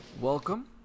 Welcome